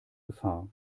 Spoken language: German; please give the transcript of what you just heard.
gefahr